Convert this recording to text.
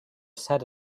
said